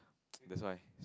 that's why